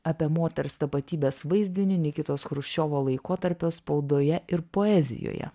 apie moters tapatybės vaizdinį nikitos chruščiovo laikotarpio spaudoje ir poezijoje